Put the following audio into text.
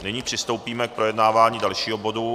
Nyní přistoupíme k projednávání dalšího bodu.